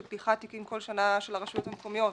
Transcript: פתיחת תיקים כל שנה של הרשויות המקומיות.